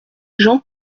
jean